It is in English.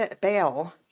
bail